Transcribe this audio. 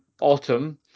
autumn